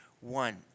One